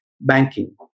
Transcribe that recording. banking